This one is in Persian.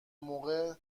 موقع